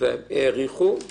והולכים וסוחרים בו,